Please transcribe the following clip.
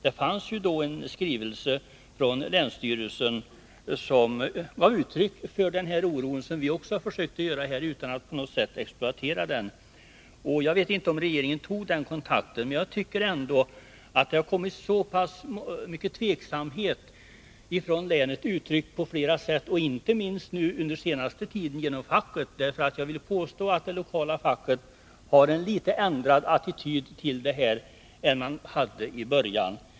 Det fanns ju då från länsstyrelsen en skrivelse, där det gavs uttryck för den oro som även vi här har försökt ge uttryck för, dock X73 utan att på något sätt exploatera den. Jag vet alltså inte om regeringen tog denna kontakt. I länet har det ändå på flera sätt visats stor tveksamhet, inte minst under den senaste tiden från fackets sida. Jag vill påstå att det lokala facket nu har en något annan attityd än i början.